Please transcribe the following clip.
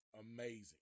Amazing